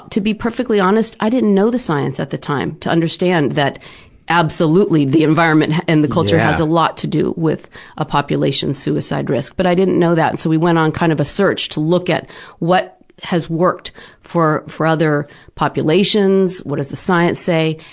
to be perfectly honest, i didn't know the science at the time, to understand that absolutely the environment and the culture have a lot to do with a population suicide risk. but i didn't know that, so we went on kind of a search to look at what has worked for for other populations, what does the science say,